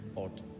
ought